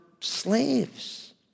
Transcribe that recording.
slaves